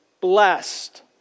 blessed